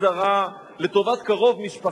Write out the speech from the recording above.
חבר הכנסת אבישי ברוורמן מודיע